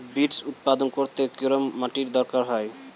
Beets উৎপাদন করতে কেরম মাটির দরকার হয়?